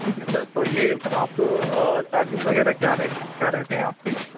ٹھیک ہے سر تو یہ سر آپ چارجس وغیرہ کیا رہ کیا رہتے ہیں آپ کے